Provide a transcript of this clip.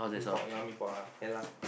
mee-pok you want mee-pok or not ya lah